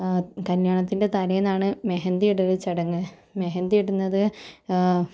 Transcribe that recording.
കല്യാണത്തിൻ്റെ തലേന്നാണ് മെഹന്തി ഇടൽ ചടങ്ങ് മെഹന്ദി ഇടുന്നത്